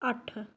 ਅੱਠ